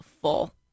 full